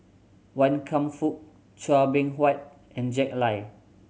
Wan Kam Fook Chua Beng Huat and Jack Lai